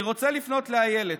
אני רוצה לפנות לאילת: